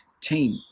team